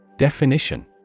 Definition